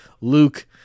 Luke